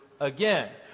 again